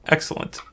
Excellent